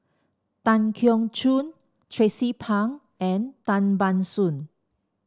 Tan Keong Choon Tracie Pang and Tan Ban Soon